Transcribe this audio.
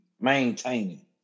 maintaining